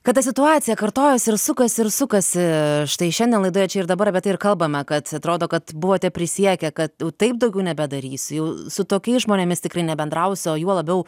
kad ta situacija kartojasi ir sukasi ir sukasi štai šiandien laidoje čia ir dabar apie tai ir kalbame kad atrodo kad buvote prisiekę kad jau taip daugiau nebedarysiu jau su tokiais žmonėmis tikrai nebendrausiu o juo labiau